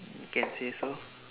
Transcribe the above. you can say so